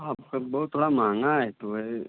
आपका बहुत थोड़ा महँगा है तो वही